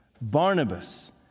Barnabas